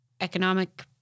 economic